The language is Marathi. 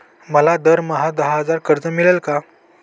मला दर महिना दहा हजार कर्ज मिळेल का?